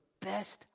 best